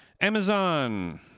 amazon